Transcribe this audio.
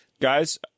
guys